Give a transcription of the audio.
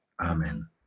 Amen